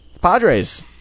Padres